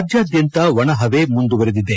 ರಾಜ್ಯಾದ್ಯಂತ ಒಣಹವೆ ಮುಂದುವರಿದಿದೆ